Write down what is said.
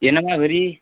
ये ना माझ्या घरी